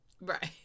Right